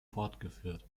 fortgeführt